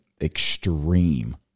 extreme